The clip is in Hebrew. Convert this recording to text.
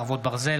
חרבות ברזל),